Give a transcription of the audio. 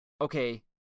okay